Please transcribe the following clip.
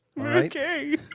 Okay